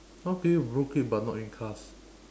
how can you broke it but not in cast